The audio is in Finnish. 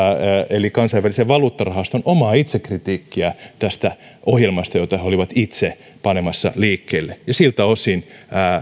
eli kansainvälisen valuuttarahaston omaa itsekritiikkiä tästä ohjelmasta jota he olivat itse panemassa liikkeelle ja siltä osin